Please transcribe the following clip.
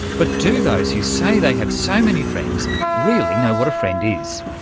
but do those who say they have so many friends really know what a friend is?